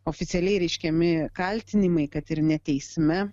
oficialiai reiškiami kaltinimai kad ir ne teisme